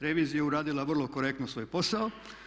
Revizija je uradila vrlo korektno svoj posao.